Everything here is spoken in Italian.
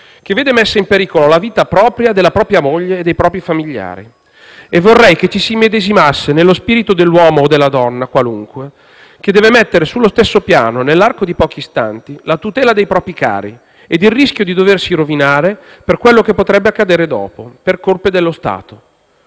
che vede messa in pericolo la vita propria, della propria moglie e dei propri familiari; e vorrei che ci si immedesimasse nello spirito dell'uomo o della donna qualunque che deve mettere sullo stesso piano nell'arco di pochi istanti la tutela dei propri cari ed il rischio di doversi rovinare per quello che potrebbe accadere dopo, per colpe dello Stato.